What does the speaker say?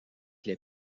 les